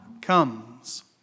comes